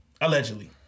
allegedly